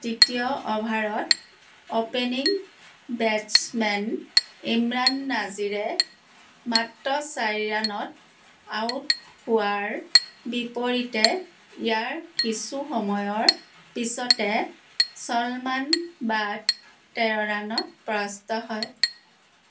তৃতীয় অভাৰত opening batsman ইমৰাণ নাজিৰে মাত্ৰ চাৰি ৰানত আউট হোৱাৰ বিপৰীতে ইয়াৰ কিছু সময়ৰ পিছতে ছলমান বাট তেৰ ৰানত পৰাস্ত হয়